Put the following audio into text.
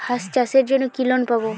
হাঁস চাষের জন্য কি লোন পাব?